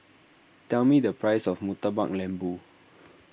tell me the price of Murtabak Lembu